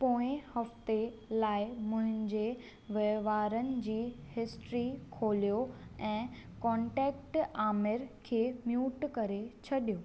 पोएं हफ़्ते लाइ मुंहिंजे वहिंवारनि जी हिस्ट्री खोलियो ऐं कॉन्टेक्ट आमिर खे म्यूट करे छॾियो